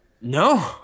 No